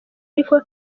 ariko